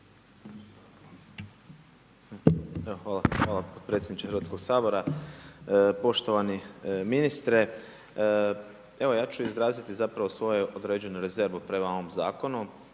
Hvala predsjedniče Hrvatskog sabora. Poštovani ministre, evo ja ću izraziti zapravo svoju određenu rezervu prema ovom zakonu.